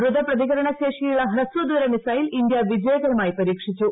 ദ്രുത പ്രതികരണ ശേഷിയുള്ള ഹ്രസ്വദൂര മിസൈൽ ഇന്ത്യ വിജയകരമായി പരീക്ഷിച്ചു